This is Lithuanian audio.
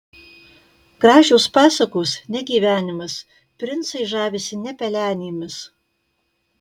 gražios pasakos ne gyvenimas princai žavisi ne pelenėmis